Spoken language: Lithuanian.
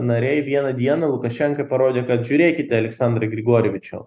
nariai vieną dieną lukašenkai parodė kad žiūrėkite aleksandrai grigorjevičiau